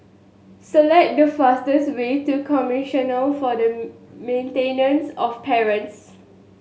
select the fastest way to Commissioner for the Maintenance of Parents